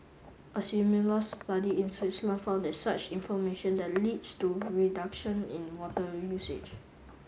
a similar study in Switzerland found that such information that leads to reduction in water usage